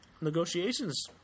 negotiations